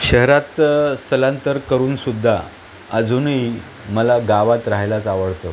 शहरात स्थलांतर करूनसुद्धा अजूनही मला गावात राहायलाच आवडतं